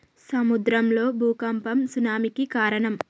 సముద్రం లో భూఖంపం సునామి కి కారణం